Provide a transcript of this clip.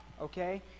okay